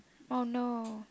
oh no